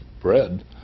bread